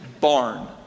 barn